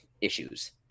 issues